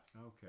Okay